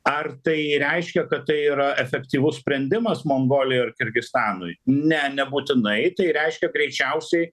ar tai reiškia kad tai yra efektyvus sprendimas mongolijai ar kirgizstanui ne nebūtinai tai reiškia greičiausiai